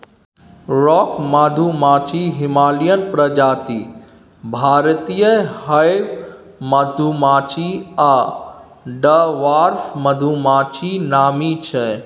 rock मधुमाछी, Himalayan प्रजाति, भारतीय हाइब मधुमाछी आ डवार्फ मधुमाछी नामी छै